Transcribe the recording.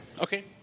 Okay